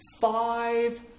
five